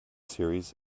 series